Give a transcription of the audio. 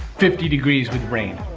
fifty degree with rain.